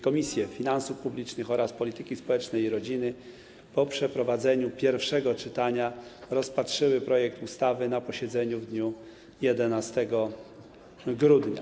Komisje: Finansów Publicznych oraz Polityki Społecznej i Rodziny po przeprowadzeniu pierwszego czytania rozpatrzyły projekt ustawy na posiedzeniu w dniu 11 grudnia.